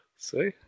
See